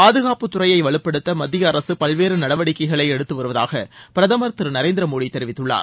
பாதுகாப்பு துறையை வலுப்படுத்த மத்திய அரசு பல்வேறு நடவடிக்கைகளை எடுத்துவருவதாக பிரதமர் திரு நரேந்திர மோடி தெரிவித்துள்ளார்